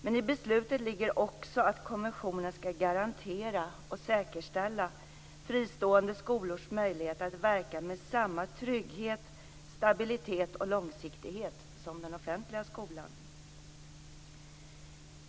Men i beslutet ligger också att konventionen skall garantera och säkerställa fristående skolors möjlighet att verka med samma trygghet, stabilitet och långsiktighet som den offentliga skolan.